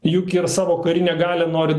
juk ir savo karinę galią nori